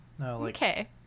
okay